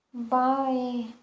बाएँ